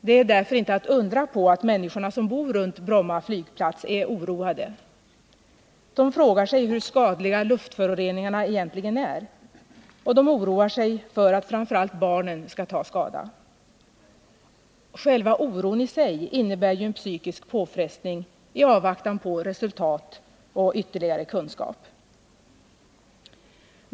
Det är därför inte att undra på att människorna som bor runt Bromma flygplats är oroade. De frågar sig hur skadliga luftföroreningarna egentligen är, och de oroar sig för att framför allt barnen skall ta skada. Själva oron i sig innebär ju en psykisk påfrestning i avvaktan på resultat och ytterligare kunskap.